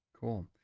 Cool